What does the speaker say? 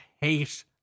hate